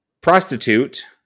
prostitute